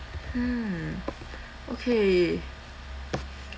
ha okay